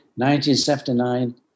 1979